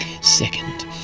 Second